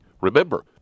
Remember